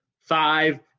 five